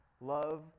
Love